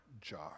jar